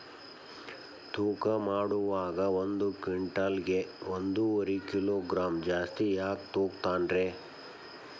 ತೂಕಮಾಡುವಾಗ ಒಂದು ಕ್ವಿಂಟಾಲ್ ಗೆ ಒಂದುವರಿ ಕಿಲೋಗ್ರಾಂ ಜಾಸ್ತಿ ಯಾಕ ತೂಗ್ತಾನ ರೇ?